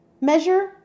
Measure